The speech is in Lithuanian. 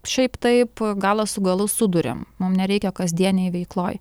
šiaip taip galą su galu suduriam mum nereikia kasdienėj veikloj